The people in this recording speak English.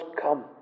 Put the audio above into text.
come